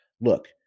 look